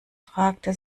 fragte